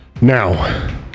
Now